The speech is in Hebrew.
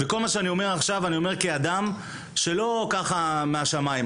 כל מה שאני אומר עכשיו אני אומר כאדם שלא בא מן השמיים.